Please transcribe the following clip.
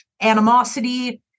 animosity